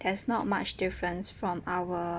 there's not much difference from our